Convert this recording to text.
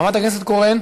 חברת הכנסת קורן